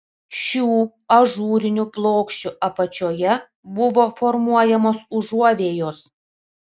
šių ažūrinių plokščių apačioje buvo formuojamos užuovėjos